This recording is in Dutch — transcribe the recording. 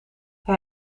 hij